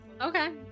Okay